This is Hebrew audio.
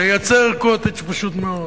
לייצר "קוטג'", פשוט מאוד.